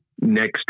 next